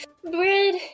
Bread